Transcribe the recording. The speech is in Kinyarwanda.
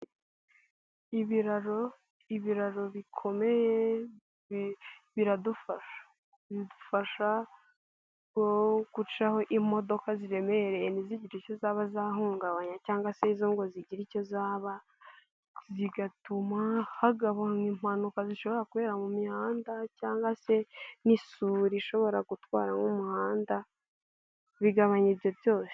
Ibiraro, ibiraro bikomeye biradufasha, bidufasha gucaho imodoka ziremereye ntizigire icyo zaba zahungabanya cyangwa se zo ngo zigire icyo zaba, zigatuma habanwa impanuka zishobora kubera mu mihanda cyangwa se n'isuri ishobora gutwara nk'umuhanda, bigabanya ibyo byose.